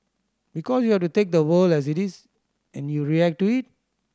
because you have to take the world as it is and you react to it